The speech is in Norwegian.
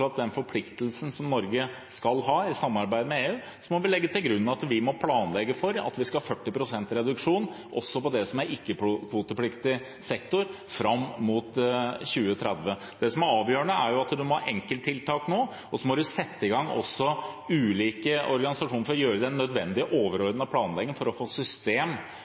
den forpliktelsen som Norge skal ha, i samarbeid med EU, må vi legge til grunn at vi må planlegge for at vi skal ha 40 pst. reduksjon også i ikke-kvotepliktig sektor fram mot 2030. Det som er avgjørende, er at vi må ha enkelttiltak nå, og så må vi sette i gang, også i ulike organisasjoner, med den nødvendige overordnede planleggingen for å få et system